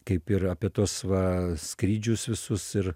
kaip ir apie tuos va skrydžius visus ir